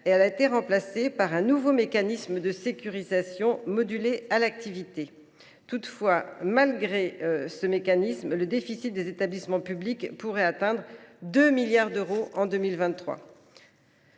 et l’a remplacée par un nouveau mécanisme de sécurisation modulée à l’activité. Or, malgré ce mécanisme, le déficit des établissements publics pourrait atteindre 2 milliards d’euros en 2023.